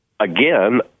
Again